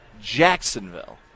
Jacksonville